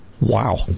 Wow